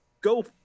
go